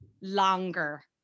longer